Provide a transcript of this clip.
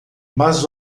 mas